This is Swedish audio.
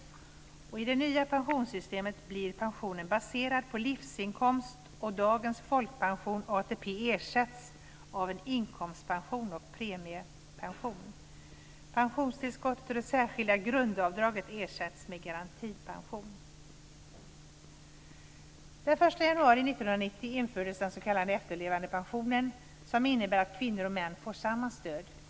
I det nya pensionssystemet blir pensionen baserad på livsinkomst, och dagens folkpension och ATP ersätts av en inkomstpension och premiepension. Pensionstillskottet och det särskilda grundavdraget ersätts med garantipension. Den 1 januari 1990 infördes den s.k. efterlevandepensionen, som innebär att kvinnor och män får samma stöd.